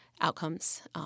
outcomes